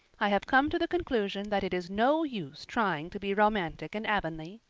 i have come to the conclusion that it is no use trying to be romantic in avonlea.